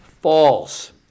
False